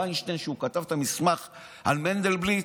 וינשטיין כשהוא כתב את המסמך על מנדלבליט,